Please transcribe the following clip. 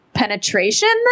Penetration